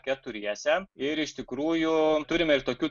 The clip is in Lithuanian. keturiese ir iš tikrųjų turime ir tokių